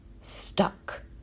stuck